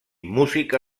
música